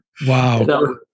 Wow